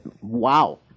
Wow